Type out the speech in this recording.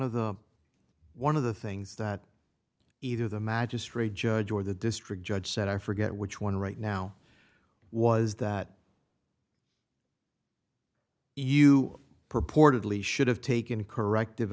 of the one of the things that either the magistrate judge or the district judge said i forget which one right now was that you purportedly should have taken corrective